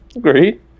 great